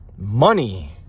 Money